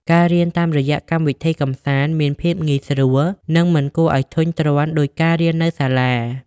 ការរៀនតាមរយៈកម្មវិធីកម្សាន្តមានភាពងាយស្រួលនិងមិនគួរឱ្យធុញទ្រាន់ដូចការរៀននៅសាលា។